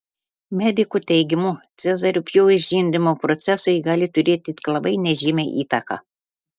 medikų teigimu cezario pjūvis žindymo procesui gali turėti tik labai nežymią įtaką